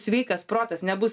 sveikas protas nebus